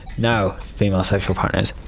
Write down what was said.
no female sexual partners.